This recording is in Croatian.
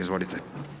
Izvolite.